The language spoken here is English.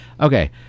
Okay